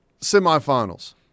semifinals